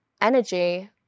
energy